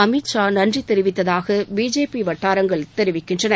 அமீத் ஷா நன்றி தெரிவித்தாக பிஜேபி வட்டாரங்கள் தெரிவித்தன